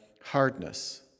hardness